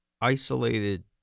isolated